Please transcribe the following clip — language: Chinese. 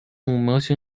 模型